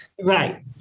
right